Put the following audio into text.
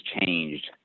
changed